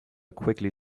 quickly